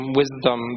wisdom